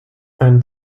ein